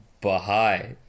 Baha'i